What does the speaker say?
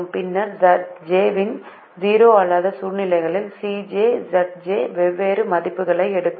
பின்னர் Zj இன் 0 அல்லாத சூழ்நிலைகளும் Cj Zj வெவ்வேறு மதிப்புகளை எடுக்கும்